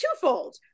twofold